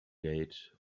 gate